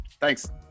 thanks